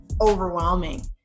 overwhelming